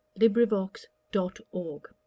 LibriVox.org